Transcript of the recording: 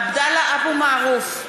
(קוראת בשמות חברי הכנסת) עבדאללה אבו מערוף,